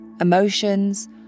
emotions